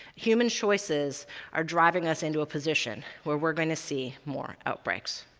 human choices are driving us into a position where we're going to see more outbreaks.